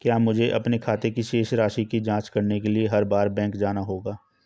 क्या मुझे अपने खाते की शेष राशि की जांच करने के लिए हर बार बैंक जाना होगा?